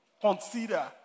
consider